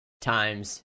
times